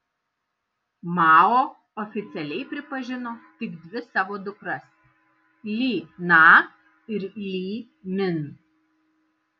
mao oficialiai pripažino tik dvi savo dukras li na ir li min